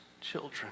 children